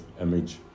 image